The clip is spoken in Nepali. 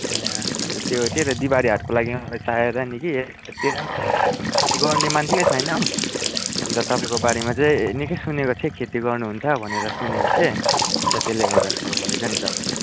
ए अन्त त्यो त्यही त बिहीबारे हाटको लागि मलाई चाहिएर नि कि यतातिर पनि खेती गर्ने मान्छे नै छैन हो अन्त तपाईँको बारेमा चाहिँ निकै सुनेको थिएँ खेती गर्नुहुन्छ भनेर सुनेको थिएँ अन्त त्यसले गर्दा कल गरेको नि तपाईलाई